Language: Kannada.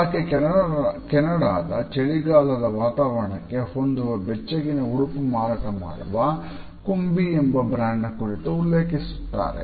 ಆಕೆ ಕೆನಡಾದ ಚಳಿಗಾಲದ ವಾತಾವರಣಕ್ಕೆ ಹೊಂದುವ ಬೆಚ್ಚಗಿನ ಉಡುಪು ಮಾರಾಟಮಾಡುವ ಕೊಂಬಿ ಎಂಬ ಬ್ರಾಂಡ್ ನ ಕುರಿತು ಉಲ್ಲೇಖಿಸುತ್ತಾರೆ